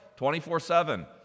24-7